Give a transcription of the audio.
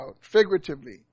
figuratively